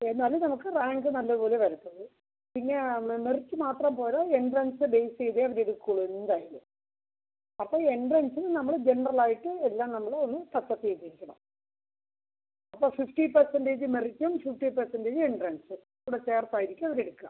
എന്നാലേ നമുക്ക് റാങ്ക് നല്ല പോലെ വരത്തുള്ളൂ പിന്നെ ആ മെറിറ്റ് മാത്രം പോരാ എൻട്രൻസ് ബേസ് ചെയ്ത് അവർ എടുക്കൂള്ളൂ എന്തായാലും അപ്പോൾ എൻട്രൻസിന് നമ്മൾ ജെനറലായിട്ട് എല്ലാം നമ്മൾ ഒന്ന് സക്സസ് ചെയ്തിരിക്കണം ഓ ഫിഫ്റ്റി പെർസെൻറ്റേജ് മെറിറ്റും ഫിഫ്റ്റി പെർസെൻറ്റേജ് എൻട്രൻസ് കൂടെ ചേർത്തായിരിക്കും അവർ എടുക്കുക